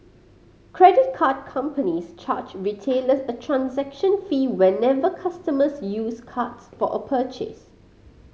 credit card companies charge retailers a transaction fee whenever customers use cards for a purchase